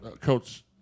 Coach